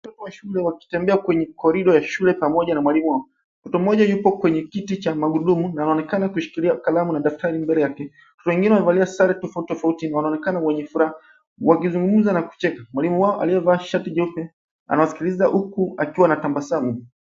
Watoto wa shule wakitembea kwenye korido ya shule pamoja na mwalimu wao. Mtoto mmoja ako kwenye kiti cha magurudumu na anaonekana kushikilia kalamu na daftari mbele yake, wengine wanaonekana wamevalia sare tofauti tofauti na wanaonekana wenye furaha wakizungumza na kucheka, Mwalimu wao aliyevaa shati jeupe na anazikiliza huku akiwa na tabasamu.